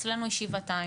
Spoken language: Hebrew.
אצלנו היא שבעתיים.